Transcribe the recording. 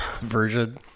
version